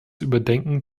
überdenken